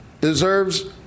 deserves